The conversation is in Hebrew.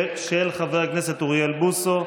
של חבר הכנסת אוריאל בוסו.